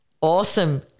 Awesome